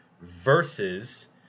versus